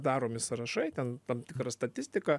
daromi sąrašai ten tam tikra statistika